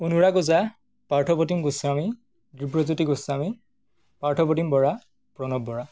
Anurag Oja Parthapratim Goswami Dibyajyoti Goswami Parthapratim Bora Pranab Bora